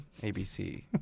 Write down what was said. ABC